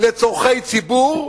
לצורכי ציבור,